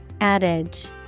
Adage